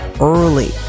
early